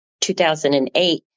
2008